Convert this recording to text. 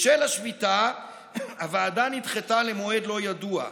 בשל השביתה הוועדה נדחתה למועד לא ידוע.